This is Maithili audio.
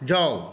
जाउ